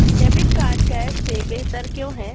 Debit card cash से बेहतर क्यों है?